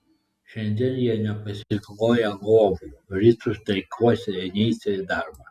šiandien jie nepasikloją lovų ryt sustreikuosią ir neisią į darbą